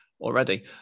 already